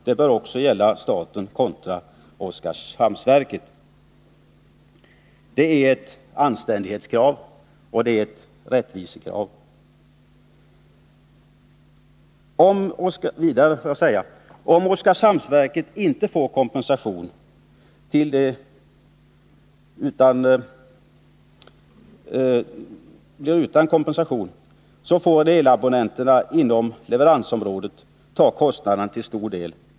Det bör också gälla staten kontra Oskarshamnsverket. Det är ett anständighetskrav och ett rättvisekrav. Om Oskarshamnsverket inte får kompensation, får elabonnenterna inom leveransområdet till stor del ta kostnaden.